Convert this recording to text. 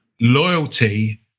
loyalty